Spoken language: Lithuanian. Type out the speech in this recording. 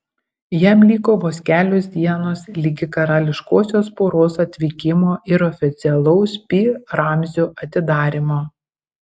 jam liko vos kelios dienos ligi karališkosios poros atvykimo ir oficialaus pi ramzio atidarymo